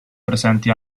presenti